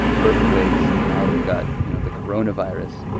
earthquakes. and now we've got, you know, the coronavirus.